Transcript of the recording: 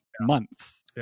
months